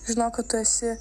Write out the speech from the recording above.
žinok kad tu esi